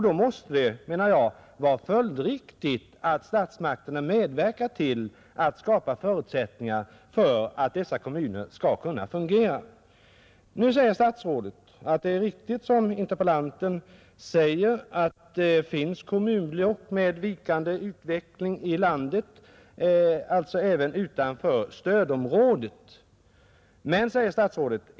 Då måste det, menar jag, vara följdriktigt att statsmakterna medverkar till att skapa förutsättningar för att dessa kommuner skall kunna fungera. Nu säger statsrådet: ”Det är riktigt som interpellanten framhåller att det finns kommunblock med vikande utveckling i hela landet, alltså även utanför stödområdet.